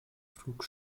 flug